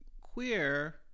queer